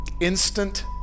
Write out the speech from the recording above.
instant